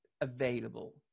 available